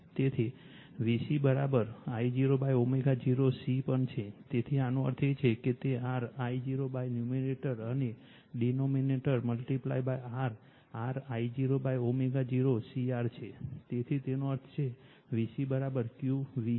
તેથી VCI0ω0 C પણ છે તેથી આનો અર્થ એ છે કે તે R I0ન્યૂમરેટર અને ડિનોમિનેટર મલ્ટીપ્લાયR R I0ω0 C R છે તેથી તેનો અર્થ છે VCQ V છે